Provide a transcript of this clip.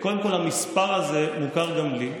קודם כול, המספר הזה מוכר גם לי.